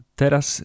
teraz